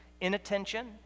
inattention